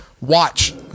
watch